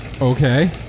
Okay